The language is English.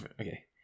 okay